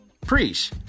Preach